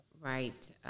right